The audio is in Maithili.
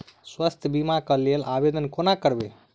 स्वास्थ्य बीमा कऽ लेल आवेदन कोना करबै?